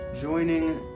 joining